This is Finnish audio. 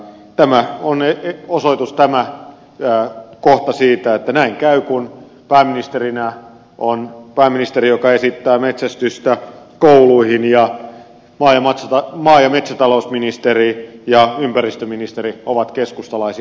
tämä kohta on osoitus siitä että näin käy kun pääministerinä on pääministeri joka esittää metsästystä kouluihin ja maa ja metsätalousministeri ja ympäristöministeri ovat keskustalaisia